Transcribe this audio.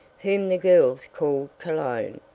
whom the girls called cologne.